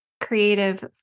creative